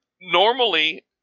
normally